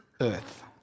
Earth